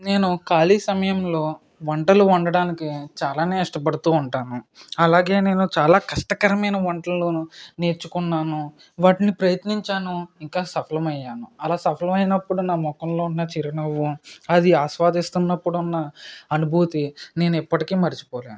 నేను ఖాళీ సమయంలో వంటలు వండటానికి చాలానే ఇష్టపడుతూ ఉంటాను అలాగే నేను చాలా కష్టతరమైన వంటల్లోను నేర్చుకున్నాను వాటిని ప్రయత్నించాను ఇంకా సఫలమయ్యాను అలా సఫలమైనప్పుడు నా మొఖంలో ఉన్న చిరునవ్వు అది ఆస్వాదిస్తున్నప్పుడు ఉన్న అనుభూతి నేను ఎప్పటికీ మర్చిపోలేను